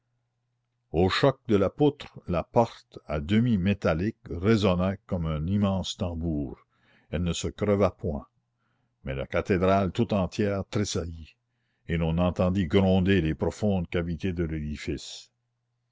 au choc de la poutre la porte à demi métallique résonna comme un immense tambour elle ne se creva point mais la cathédrale tout entière tressaillit et l'on entendit gronder les profondes cavités de l'édifice